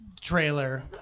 trailer